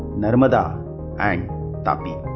narmada and tapi